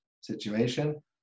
situation